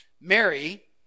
Mary